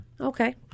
Okay